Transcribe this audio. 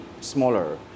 smaller